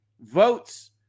votes